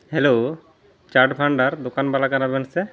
hello ᱪᱟᱴᱵᱷᱟᱱᱰᱟᱨ ᱫᱳᱠᱟᱱᱵᱟᱞᱟ ᱠᱟᱱᱟᱵᱮᱱ ᱥᱮ